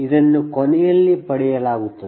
ಇದನ್ನು ಕೊನೆಯಲ್ಲಿ ಪಡೆಯಲಾಗುತ್ತದೆ